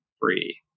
free